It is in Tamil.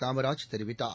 காமராஜ் தெரிவித்தார்